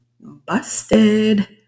Busted